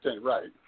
right